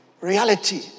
reality